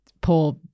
poor